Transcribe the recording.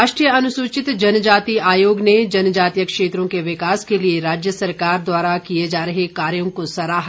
राष्ट्रीय अनुसूचित जनजाति आयोग ने जनजातीय क्षेत्रों के विकास के लिए राज्य सरकार द्वारा किए जा रहे कार्यों को सराहा